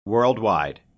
Worldwide